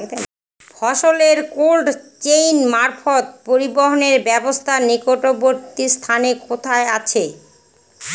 ফসলের cold chain মারফত পরিবহনের ব্যাবস্থা নিকটবর্তী স্থানে কোথায় আছে?